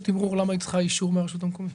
תימרור למה היא צריכה אישור מן הרשות המקומית?